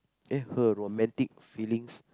her romantic feelings